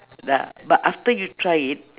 ah but after you try it